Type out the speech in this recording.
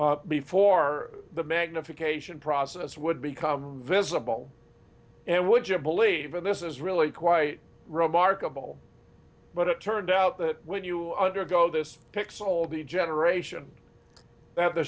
visible before the magnification process would become visible and would you believe her this is really quite remarkable but it turns out that when you undergo this pixel the generation that the